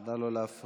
נא לא להפריע.